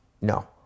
no